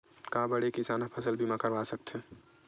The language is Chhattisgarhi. का बड़े किसान ह फसल बीमा करवा सकथे?